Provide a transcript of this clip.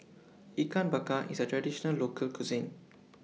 Ikan Bakar IS A Traditional Local Cuisine